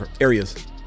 areas